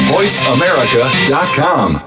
VoiceAmerica.com